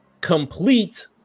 complete